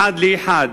אחד לאחד: